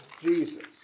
Jesus